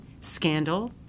Scandal